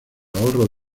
ahorro